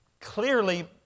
clearly